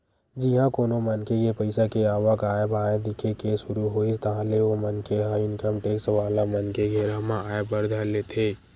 जिहाँ कोनो मनखे के पइसा के आवक आय बाय दिखे के सुरु होइस ताहले ओ मनखे ह इनकम टेक्स वाला मन के घेरा म आय बर धर लेथे